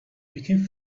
became